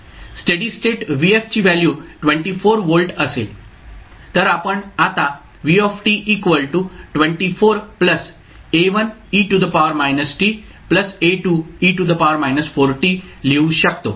steady state vf ची value 24 volt असेल तर आपण आता v 24 A1e t A2e 4t लिहू शकतो